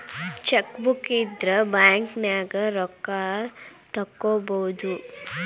chequebook ಇದ್ರ ಬ್ಯಾಂಕ್ನ್ಯಾಗ ರೊಕ್ಕಾ ತೊಕ್ಕೋಬಹುದು